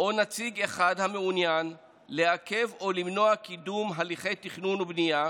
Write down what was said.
או נציג אחד המעוניין בכך לעכב או למנוע קידום הליכי תכנון ובנייה,